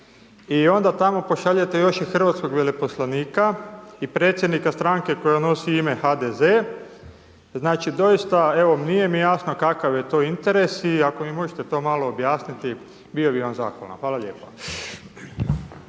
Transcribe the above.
i onda tamo pošaljete i hrvatskog veleposlanika i predsjednika stranke koja nosi ime HDZ. Znači, doista, evo, nije mi jasno kakav je to interes i ako mi možete to malo objasniti bio bih vam zahvalan, hvala lijepa.